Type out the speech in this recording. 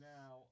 Now